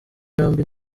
yombi